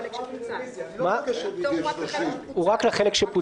הפטור הוא רק לחלק שפוצל.